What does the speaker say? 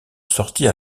sortie